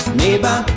neighbor